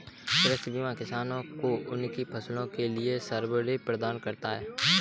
कृषि बीमा किसानों को उनकी फसलों के लिए सब्सिडी प्रदान करता है